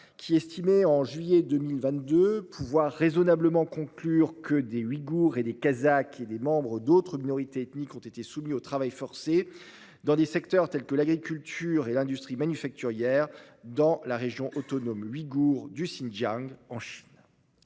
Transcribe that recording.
estimait en juillet 2022 pouvoir raisonnablement conclure que des Ouïghours, des Kazakhs et des membres d'autres minorités ethniques avaient été soumis au travail forcé dans des secteurs tels que l'agriculture et l'industrie manufacturière dans la région autonome ouïghoure du Xinjiang, en Chine.